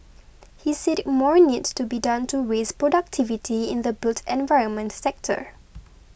he said more needs to be done to raise productivity in the built environment sector